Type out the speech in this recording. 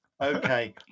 Okay